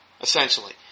essentially